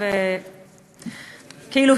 כאילו,